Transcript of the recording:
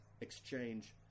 exchange